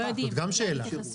זאת גם שאלה.